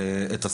את השר,